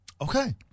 Okay